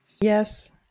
Yes